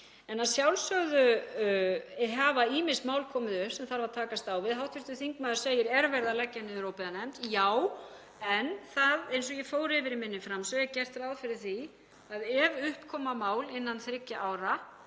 En að sjálfsögðu hafa ýmis mál komið upp sem þarf að takast á við. Hv. þingmaður spyr: Er verið að leggja niður óbyggðanefnd? Já, en eins og ég fór yfir í minni framsögu er gert ráð fyrir því að ef upp koma mál innan þriggja ára